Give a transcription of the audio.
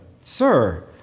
Sir